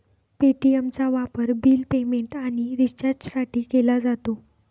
पे.टी.एमचा वापर bill payment आणि रिचार्जसाठी केला जातो